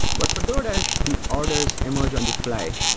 but for doordash, the orders emerge on the fly.